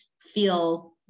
feel